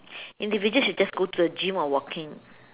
individuals you just go to the gym or walking